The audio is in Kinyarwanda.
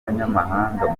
banyamahanga